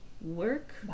Work